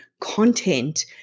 content